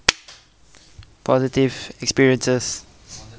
positive experiences